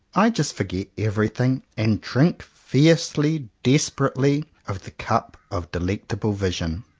i just forget everything, and drink fiercely, desperately, of the cup of delectable vision.